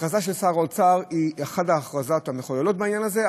ההכרזה של שר האוצר היא אחת ההכרזות המחוללות בעניין הזה,